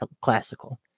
classical